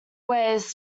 ways